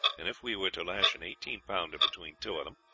and if we were to lash an eighteen pounder between two of them,